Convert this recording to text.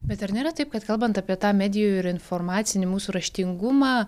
bet ar nėra taip kad kalbant apie tą medijų ir informacinį mūsų raštingumą